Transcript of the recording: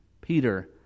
Peter